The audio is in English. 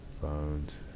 Phones